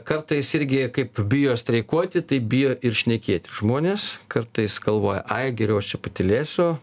kartais irgi kaip bijo streikuoti taip bijo ir šnekėti žmonės kartais galvoja ai geriau aš čia patylėsiu